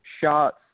shots